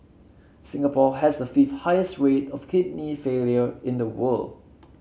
Singapore has the fifth highest rate of kidney failure in the world